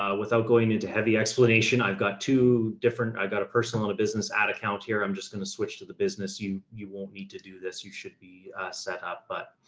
ah without going into heavy explanation, i've got two different, i've got a personal and a business ad account here. i'm just going to switch to the business. you, you won't need to do this. you should be set up, but,